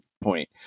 point